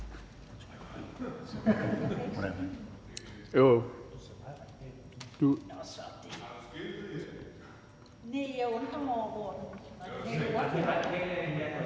Hvad er det